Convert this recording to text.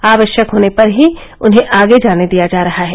आवश्यक होने पर ही उन्हें आगे जाने दिया जा रहा है